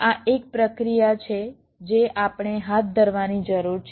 તેથી આ એક પ્રક્રિયા છે જે આપણે હાથ ધરવાની જરૂર છે